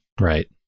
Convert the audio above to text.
Right